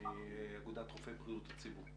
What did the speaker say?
מאיגוד רופאי בריאות הציבור,